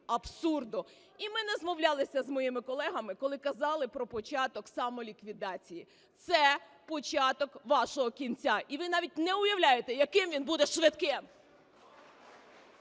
абсурду. І ми не змовлялися з моїми колегами, коли казали про початок самоліквідації. Це початок вашого кінця. І ви навіть не уявляєте, яким він буде швидким.